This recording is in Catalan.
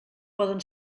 poden